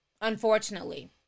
unfortunately